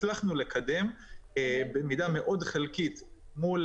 הצלחנו לקדם את הדבר הזה במידה מאוד חלקית מול